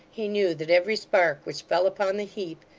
he knew that every spark which fell upon the heap,